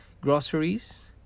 groceries